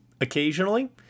occasionally